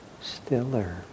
stiller